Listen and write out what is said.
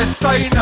ah sorry,